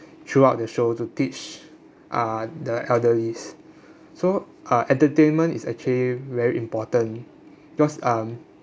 throughout the show to teach uh the elderlies so uh entertainment is actually very important cause um